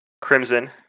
Crimson